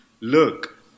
Look